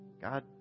God